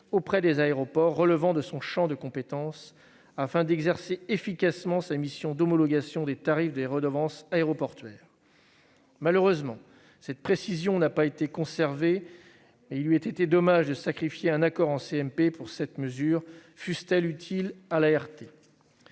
auprès des aéroports relevant de son champ de compétence, afin d'exercer efficacement sa mission d'homologation des tarifs des redevances aéroportuaires. Malheureusement, cette précision n'a pas été conservée, et il eût été dommage de sacrifier un accord en commission mixte paritaire pour cette mesure, fût-elle utile à l'ART.